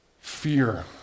fear